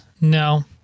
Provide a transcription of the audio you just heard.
No